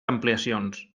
ampliacions